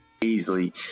easily